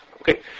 Okay